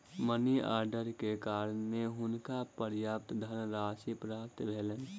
money order के कारणें हुनका पर्याप्त धनराशि प्राप्त भेलैन